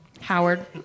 Howard